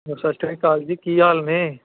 ਸਤਿ ਸ਼੍ਰੀ ਅਕਾਲ ਜੀ ਕੀ ਹਾਲ ਨੇ